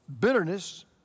Bitterness